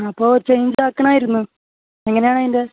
അപ്പോൾ ചേഞ്ച് ആക്കണമായിരുന്നു എങ്ങനെയാണതിൻ്റെ